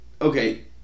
Okay